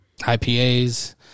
IPAs